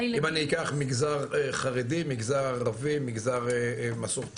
אם אני אקח מגזר חרדי, מגזר ערבי, מגזר מסורתי?